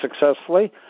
successfully